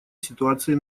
ситуации